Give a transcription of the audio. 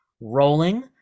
rolling